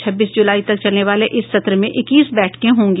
छब्बीस जुलाई तक चलने वाले इस सत्र में इक्कीस बैठकें होंगी